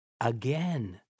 again